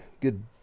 good